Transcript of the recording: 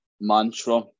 mantra